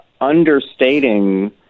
understating